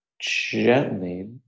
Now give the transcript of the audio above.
gently